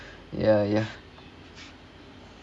ya ya